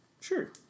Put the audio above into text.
Sure